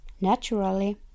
Naturally